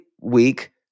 week